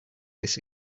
this